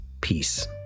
peace